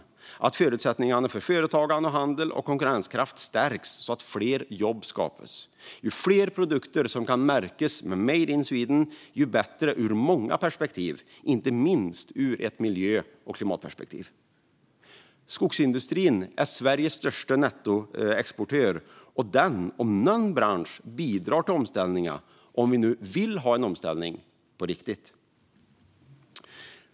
Det handlar om att förutsättningarna för företagande och handel och konkurrenskraft ska stärkas så att fler jobb skapas. Ju fler produkter som kan märkas med "Made in Sweden", desto bättre är det ur många perspektiv, inte minst ur ett miljö och klimatperspektiv. Skogsindustrin är Sveriges största nettoexportör, och den branschen, om någon, bidrar till omställningen, om vi nu vill ha en omställning på riktigt.